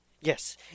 Yes